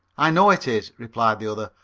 i know it is, replied the other,